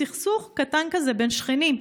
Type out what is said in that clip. סכסוך קטן כזה בין שכנים,